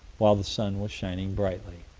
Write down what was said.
while the sun was shining brightly.